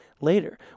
later